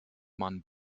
man